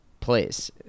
place